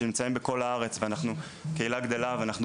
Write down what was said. שנמצאים בכל הארץ ואנחנו קהילה גדלה ואנחנו